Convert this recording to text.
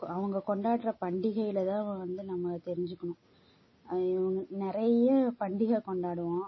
அவங்க கொண்டாடுற பண்டிகையில் தான் வந்து நம்ம தெரிஞ்சுக்கணும் இங்க நிறைய பண்டிகை கொண்டாடுவோம்